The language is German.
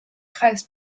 kreis